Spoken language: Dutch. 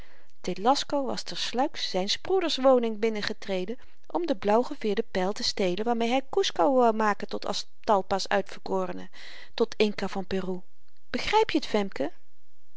telasco was ter sluik zyns broeders woning binnengetreden om den blauwgeveêrden pyl te stelen waarmeê hy kusco wou maken tot aztalpa's uitverkorene tot inca van peru begryp je t femke